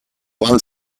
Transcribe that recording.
one